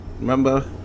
Remember